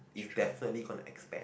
it's definitely going to expand